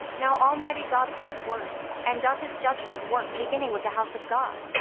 now almighty god speaks words and does his judgment work beginning with the house of god,